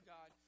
God